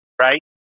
Right